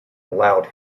allowed